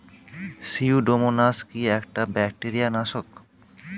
Pseudomonas কি একটা bacteria নাশক?